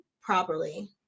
properly